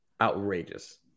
outrageous